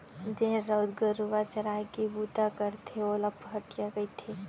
जेन राउत गरूवा चराय के बूता करथे ओला पहाटिया कथें